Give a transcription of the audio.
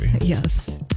Yes